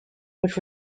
which